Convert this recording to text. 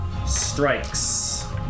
strikes